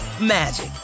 magic